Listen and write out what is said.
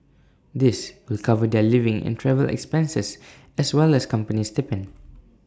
this will cover their living and travel expenses as well as company stipend